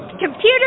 Computer